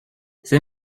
ses